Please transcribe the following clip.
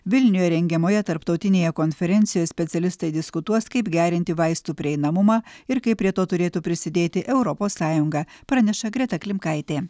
vilniuje rengiamoje tarptautinėje konferencijoje specialistai diskutuos kaip gerinti vaistų prieinamumą ir kaip prie to turėtų prisidėti europos sąjunga praneša greta klimkaitė